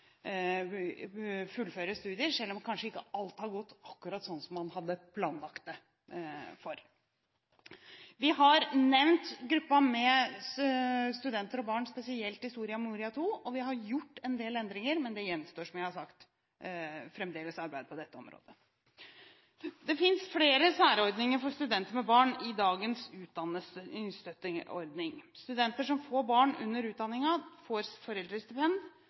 studier, selv om kanskje ikke alt har gått akkurat sånn som en hadde planlagt det. Vi har nevnt gruppen studenter med barn spesielt i Soria Moria II, og vi har gjort en del endringer, men det gjenstår, som jeg har sagt, fremdeles arbeid på dette området. Det fins flere særordninger for studenter med barn i dagens utdanningsstøtteordning. Studenter som får barn under utdanningen, får foreldrestipend,